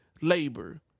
labor